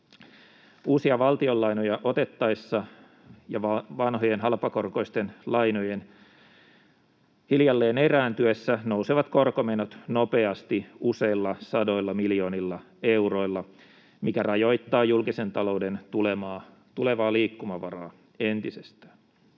Uusia valtionlainoja otettaessa ja vanhojen, halpakorkoisten lainojen hiljalleen erääntyessä nousevat korkomenot nopeasti useilla sadoilla miljoonilla euroilla, mikä rajoittaa julkisen talouden tulevaa liikkumavaraa entisestään.